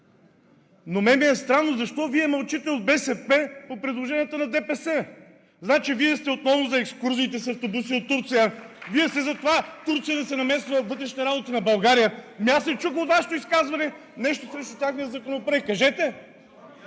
на мен ми е странно, защо Вие от БСП мълчите по предложенията на ДПС? Значи Вие сте отново за екскурзиите с автобуси от Турция, Вие сте за това Турция да се намесва във вътрешните работи на България. Ами аз не чух във Вашето изказване нещо срещу техния законопроект. Кажете!